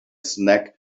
snack